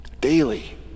Daily